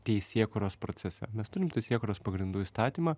teisėkūros procese mes turim teisėkūros pagrindų įstatymą